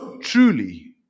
Truly